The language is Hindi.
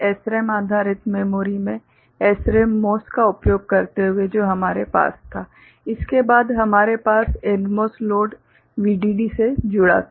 SRAM आधारित मेमोरी में SRAM MOS का उपयोग करते हुए जो हमारे पास था इसके बाद हमारे पास NMOS लोड VDD से जुड़ा था